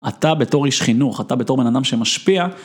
אתה בתור איש חינוך, אתה בתור בן אדם שמשפיע.